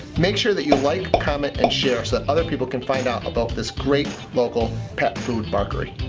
make sure that you like, comment, and share so other people can find out about this great local pet food barkery.